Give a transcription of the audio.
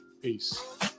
Peace